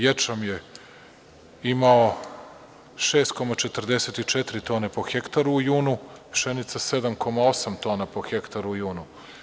Ječam je imao 6,44 tone po hektaru u junu, pšenica 7,8 tona po hektaru u junu.